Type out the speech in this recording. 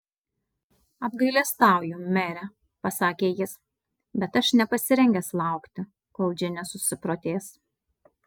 apgailestauju mere pasakė jis bet aš nepasirengęs laukti kol džinė susiprotės